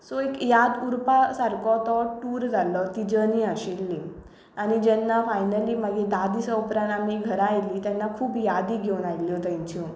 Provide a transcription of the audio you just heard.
so एक याद उरपा सारको तो टूर जाल्लो ती जर्नी आशिल्ली आनी जेन्ना फायनली मागीर धा दिसां उपरांत आमी घरां आयली तेन्ना खूब यादी घेवन आयल्यो थंयच्यो